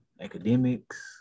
academics